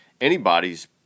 anybody's